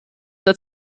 der